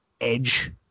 edge